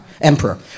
emperor